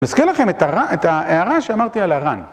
מזכיר לכם את ההערה שאמרתי על הר"ן.